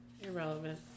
Irrelevant